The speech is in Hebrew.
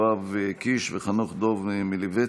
של חבר הכנסת יואב קיש וחנוך דב מלביצקי,